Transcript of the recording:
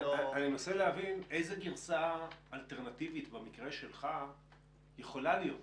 אני מנסה להבין איזו גרסה אלטרנטיבית במקרה שלך יכולה להיות בכלל.